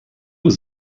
was